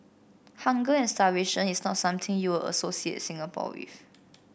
hunger and starvation is not something you'll associate Singapore with